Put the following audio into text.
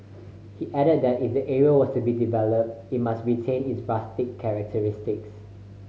he added that if the area was to be developed it must retain its rustic characteristics